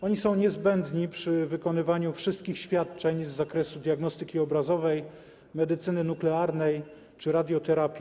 Oni są niezbędni przy wykonywaniu wszystkich świadczeń z zakresu diagnostyki obrazowej, medycyny nuklearnej czy radioterapii.